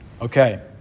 Okay